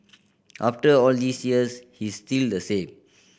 after all these years he's still the same